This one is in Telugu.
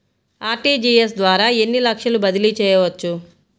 అర్.టీ.జీ.ఎస్ ద్వారా ఎన్ని లక్షలు బదిలీ చేయవచ్చు?